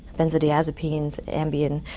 benzodiazepines, ambien,